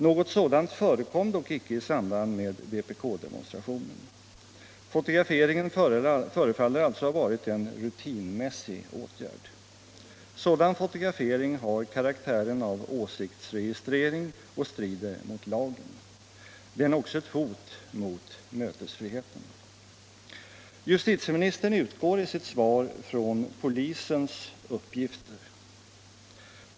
Något sådant förekom dock inte i samband med vpk-demonstrationen. Fotograferingen förefaller alltså ha varit en rutinmässig åtgärd. Sådan fotografering har karaktär av åsiktsregistrering och strider mot lagen. Den är också ett hot mot mötesfriheten. Justitieministern utgår i sitt svar från polisens uppgifter.